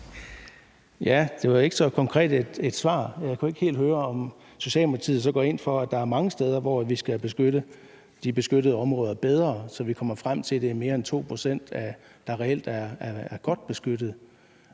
Det var ikke så konkret et svar. Jeg kunne ikke helt høre på ordføreren, om Socialdemokratiet så går ind for, at der er mange steder, hvor vi skal beskytte de beskyttede områder bedre, så vi kommer frem til, at det er mere end 2 pct., der reelt er godt beskyttet.